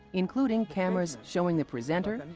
including cameras showing the presenter,